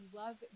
love